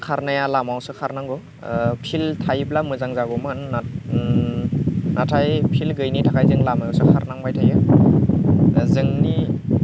खारनाया लामायावसो खारनांगौ फिल्ड थायोब्ला मोजां जागौमोन नाथाय नाथाय फिल्ड गैयिनि थाखाय जों लामायावसो खारनांबाय थायो जोंनि